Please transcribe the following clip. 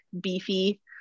beefy